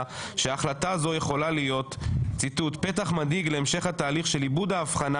שההחלטה הזו יכולה להיות "פתח מדאיג להמשך התהליך של איבוד ההבחנה